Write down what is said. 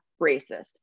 racist